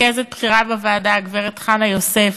רכזת בכירה בוועדה, גברת חנה יוסף,